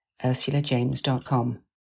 UrsulaJames.com